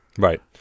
Right